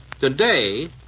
today